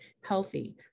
healthy